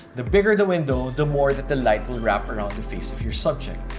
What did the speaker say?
the bigger the window, the more that the light will wrap around the face of your subject.